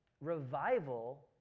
revival